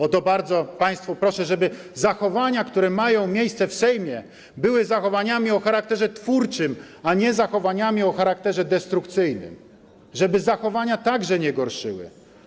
O to bardzo Państwa proszę, żeby zachowania, które mają miejsce w Sejmie, były zachowaniami o charakterze twórczym, a nie zachowaniami o charakterze destrukcyjnym, żeby zachowania także nie gorszyły.